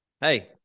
Hey